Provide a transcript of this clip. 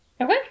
Okay